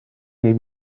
may